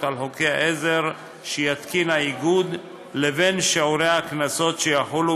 על חוקי עזר שיתקין האיגוד לבין שיעורי הקנסות שיחולו